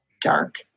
dark